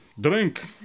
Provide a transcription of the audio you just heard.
drink